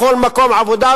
בכל מקום עבודה,